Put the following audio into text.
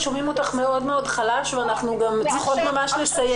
בבקשה, שומעים אותך חלש, ואנחנו צריכות לסיים.